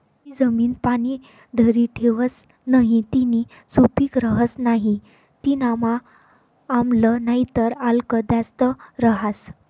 जी जमीन पाणी धरी ठेवस नही तीनी सुपीक रहस नाही तीनामा आम्ल नाहीतर आल्क जास्त रहास